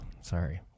sorry